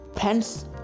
friends